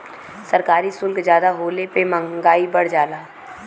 सरकारी सुल्क जादा होले पे मंहगाई बढ़ जाला